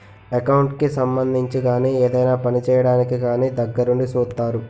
account కి సంబంధించి గాని ఏదైనా పని చేయడానికి కానీ దగ్గరుండి సూత్తారు